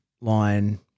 line